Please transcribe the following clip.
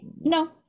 no